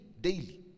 daily